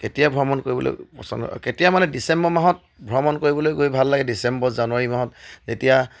কেতিয়া ভ্ৰমণ কৰিবলৈ পচন্দ কেতিয়া মানে ডিচেম্বৰ মাহত ভ্ৰমণ কৰিবলৈ গৈ ভাল লাগে ডিচেম্বৰ জানুৱাৰী মাহত যেতিয়া